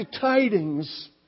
tidings